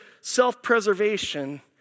self-preservation